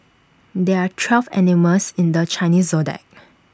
there are twelve animals in the Chinese Zodiac